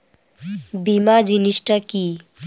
বীমা জিনিস টা কি?